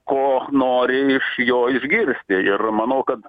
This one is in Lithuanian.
ko nori iš jo išgirsti ir manau kad